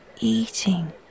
eating